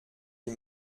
die